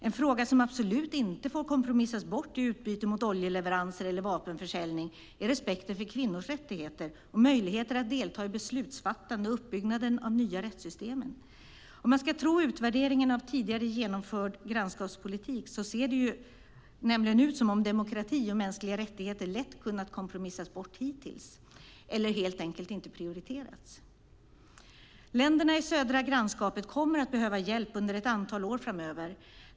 En fråga som absolut inte får kompromissas bort i utbyte mot oljeleveranser eller vapenförsäljning är respekten för kvinnors rättigheter och möjligheter att delta i beslutsfattande och uppbyggnaden av de nya rättssystemen. Om man ska tro utvärderingen av tidigare genomförd grannskapspolitik ser det nämligen ut som om demokrati och mänskliga rättigheter lätt har kunnat kompromissas bort hittills eller helt enkelt inte har prioriterats. Länderna i det södra grannskapet kommer att behöva hjälp under ett antal år framöver.